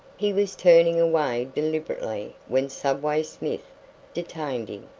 he was turning away deliberately when subway smith detained him.